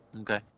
okay